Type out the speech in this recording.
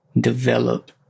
develop